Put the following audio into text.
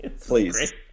Please